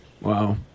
wow